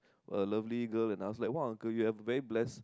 a lovely girl and I was like !wah! uncle you have a very blessed